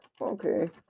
okay